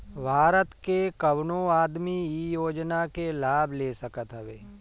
भारत के कवनो आदमी इ योजना के लाभ ले सकत हवे